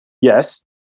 Yes